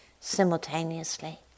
simultaneously